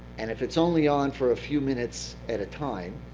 and if it's only on for a few minutes at a time,